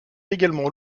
également